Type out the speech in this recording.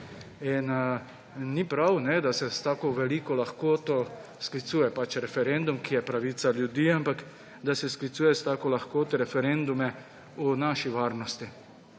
Ni prav, da se s tako veliko lahkoto sklicuje referendum, ki je pravica ljudi, ampak da se sklicuje s tako lahkoto referendume o naši varnosti.